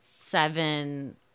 seven